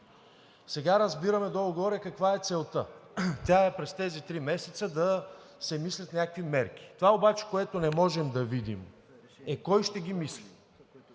разбираме каква е целта. Тя е през тези три месеца да се мислят някакви мерки. Това обаче, което не можем да видим, е кой ще ги мисли!